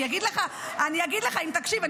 אני אגיד לך, אם תקשיב.